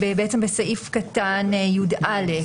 "בסעיף קטן (י"א)